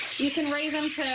she can raise into